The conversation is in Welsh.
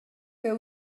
beth